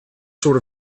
sort